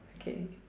okay